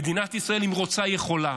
ומדינת ישראל, אם היא רוצה, היא יכולה.